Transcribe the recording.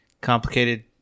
Complicated